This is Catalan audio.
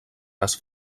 les